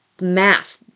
Math